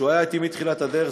שהיה אתי מתחילת הדרך,